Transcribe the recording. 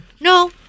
No